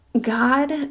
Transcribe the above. God